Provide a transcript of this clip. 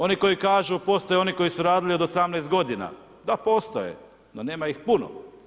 Oni koji kažu postoje oni koji su radili od 18 godina, da postoje no nema ih puno.